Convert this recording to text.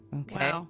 okay